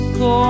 go